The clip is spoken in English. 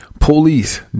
Police